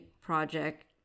project